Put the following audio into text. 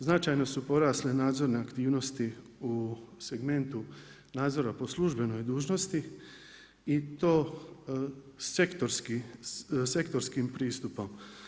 Značajno su porasle nadzorne aktivnosti u segmentu nadzora po službenoj dužnosti i to sektorskim pristupom.